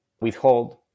withhold